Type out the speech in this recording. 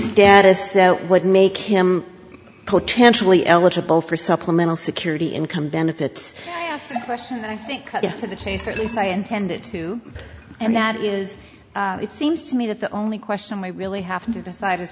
status that would make him potentially eligible for supplemental security income benefits question i think to the chase or at least i intended to and that is it seems to me that the only question we really have to decide is